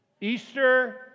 Easter